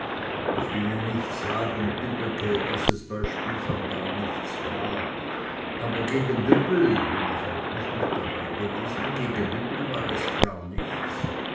ich will ja nich sagen tübbecke daß es bei spichern gar nichts war aber gegen düppel wenn ich auch nicht mit dabeigewesen gegen düppel war es gar nichts